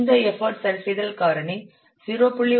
இந்த எஃபர்ட் சரிசெய்தல் காரணி 0